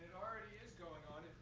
already is going on,